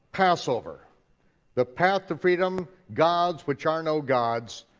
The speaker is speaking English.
passover the path to freedom, gods which are no gods.